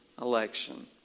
election